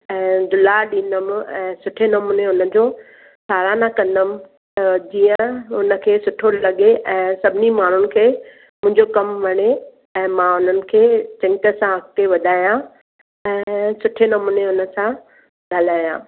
ऐं दुलारु ॾींदमि ऐं सुठे नमूने हुननि जो साहराना कंदमि जीअं हुनखे सुठो लॻे ऐं सभिनि माण्हुनि खे मुंहिंजो कमु वणे ऐं मां उन्हनि खे चङी तरह सां अॻिते वधायां ऐं सुठे नमूने हुनसां ॻाल्हायां